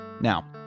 Now